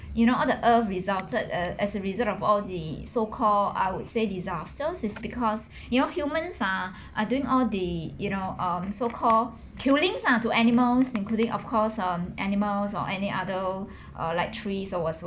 you know all the earth resulted uh as a result of all the so called I would say disasters is because you know humans are are doing all the you know um so call killings ah to animals including of course um animals or any other err like trees or whatsoever